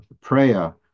prayer